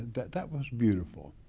that that was beautiful.